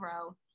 row